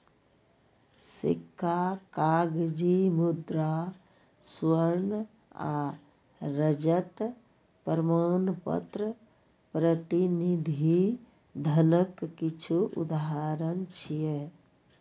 सिक्का, कागजी मुद्रा, स्वर्ण आ रजत प्रमाणपत्र प्रतिनिधि धनक किछु उदाहरण छियै